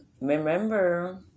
remember